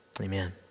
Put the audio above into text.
amen